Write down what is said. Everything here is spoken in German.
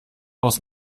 aus